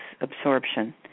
absorption